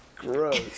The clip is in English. gross